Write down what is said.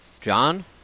John